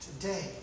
today